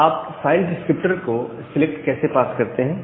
आप file descriptor को select को कैसे पास करते हैं